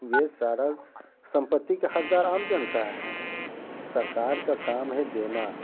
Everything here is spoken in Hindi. ये सारा संपत्ति का हकदार आम जनता है सरकार का काम है देना